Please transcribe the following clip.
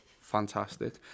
fantastic